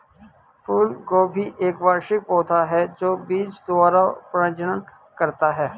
फूलगोभी एक वार्षिक पौधा है जो बीज द्वारा प्रजनन करता है